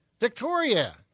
Victoria